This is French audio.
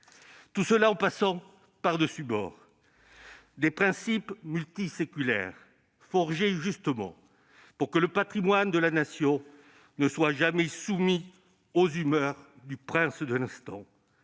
Ce serait jeter par-dessus bord les principes multiséculaires forgés précisément pour que le patrimoine de la Nation ne soit jamais soumis aux humeurs du prince de l'instant.